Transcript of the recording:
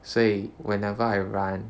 所以 whenever I run